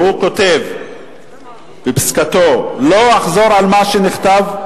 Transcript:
והוא כותב בפסיקתו: לא אחזור על מה שנכתב,